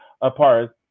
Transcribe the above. apart